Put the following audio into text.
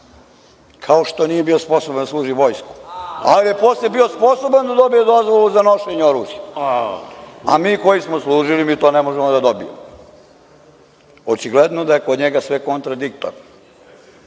kao što nije bio sposoban da služi vojsku, pa je posle bio sposoban da dobije dozvolu za nošenje oružja, a mi koji smo služili mi to ne možemo da dobijemo. Očigledno da je kod njega sve kontradiktorno. Kao